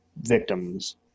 victims